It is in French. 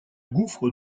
gouffre